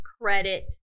Credit